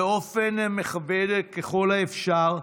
באופן מכבד ככל האפשר,